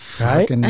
Right